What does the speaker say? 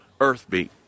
Earthbeat